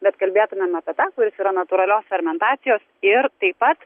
bet kalbėtumėm apie tą kuris yra natūralios fermentacijos ir taip pat